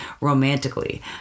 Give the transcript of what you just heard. romantically